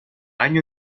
año